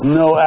no